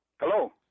Hello